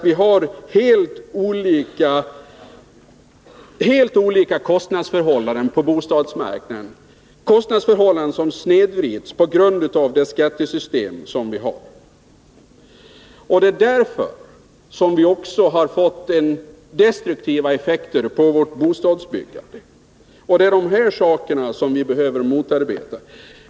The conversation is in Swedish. Vi har ju helt olikartade kostnadsförhållanden på bostadsmarknaden, kostnadsförhållanden som snedvrids på grund av det skattesystem vi har. Det är därför vi också har fått destruktiva effekter på vårt bostadsbyggande. Och det är dessa saker vi behöver motarbeta.